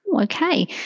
Okay